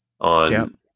on